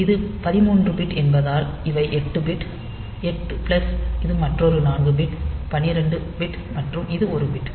இது 13 பிட் என்பதால் இவை 8 பிட் 8 பிளஸ் இது மற்றொரு 4 பிட் 12 பிட் மற்றும் இது 1 பிட்